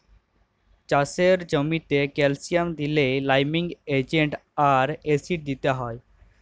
চাষের জ্যামিতে ক্যালসিয়াম দিইলে লাইমিং এজেন্ট আর অ্যাসিড দিতে হ্যয়